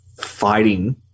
fighting